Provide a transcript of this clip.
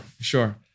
sure